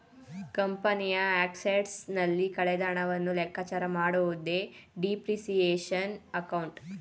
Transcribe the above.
ಕಂಪನಿಯ ಅಸೆಟ್ಸ್ ನಲ್ಲಿ ಕಳೆದ ಹಣವನ್ನು ಲೆಕ್ಕಚಾರ ಮಾಡುವುದೇ ಡಿಪ್ರಿಸಿಯೇಶನ್ ಅಕೌಂಟ್